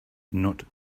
not